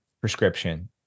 prescription